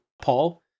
Paul